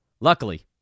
Luckily